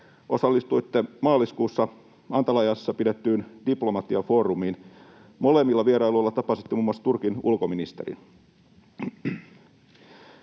osallistuitte maaliskuussa Antalyassa pidettyyn diplomatiafoorumiin. Molemmilla vierailuilla tapasitte muun muassa Turkin ulkoministerin.